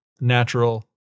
natural